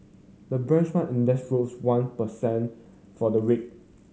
the benchmark index rose one per cent for the week